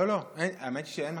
לא, לא, האמת היא שאין מקשיבים.